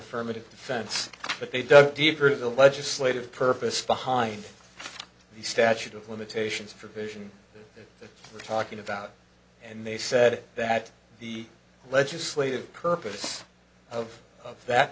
affirmative defense but they dug deeper the legislative purpose behind the statute of limitations for vision that we're talking about and they said that the legislative purpose of that